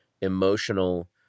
emotional